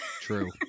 true